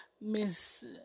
Miss